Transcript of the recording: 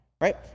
right